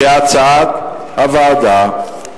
כהצעת הוועדה,